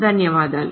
ధన్యవాదాలు